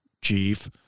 chief